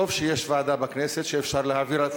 טוב שיש ועדה בכנסת שאפשר להעביר,